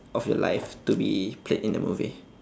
of your life to be played in the movie